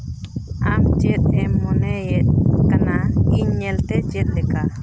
ᱟᱢ ᱪᱮᱫ ᱮᱢ ᱢᱚᱱᱮᱭᱮᱫ ᱠᱟᱱᱟ ᱤᱧ ᱧᱮᱞᱛᱮ ᱪᱮᱫ ᱞᱮᱠᱟ